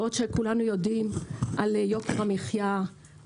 בעוד שכולנו יודעים על יוקר המחיה,